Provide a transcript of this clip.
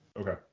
okay